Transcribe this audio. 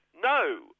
no